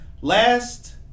Last